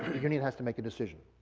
union has to make a decision.